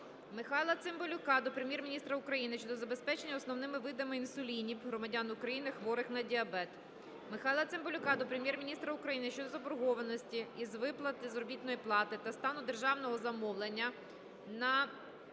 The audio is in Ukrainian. Михайла Цимбалюка до Прем'єр-міністра України щодо забезпечення основними видами інсулінів громадян України, хворих на діабет. Михайла Цимбалюка до Прем'єр-міністра України щодо заборгованості із виплати заробітної плати та стану державного замовлення на